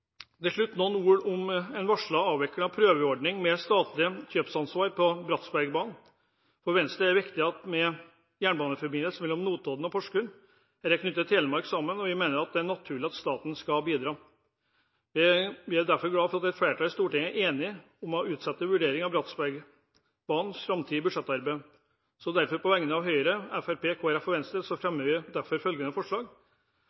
Til slutt noen ord om den varslede avviklingen av prøveordningen med statlig kjøpsansvar på Bratsbergbanen: For Venstre er det viktig med jernbaneforbindelse mellom Notodden og Porsgrunn. Den knytter Telemark sammen, og vi mener det er naturlig at staten skal bidra. Vi er derfor glade for at et flertall i Stortinget er enig om å utsette vurderingen av Bratsbergbanens framtid til budsjettarbeidet. På vegne av Høyre, Fremskrittspartiet, Kristelig Folkeparti og Venstre